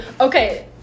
Okay